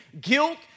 Guilt